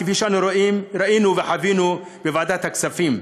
כפי שראינו וחווינו בוועדת הכספים.